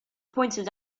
pointed